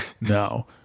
No